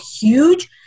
huge